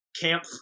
Camp